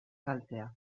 galtzea